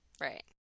Right